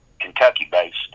Kentucky-based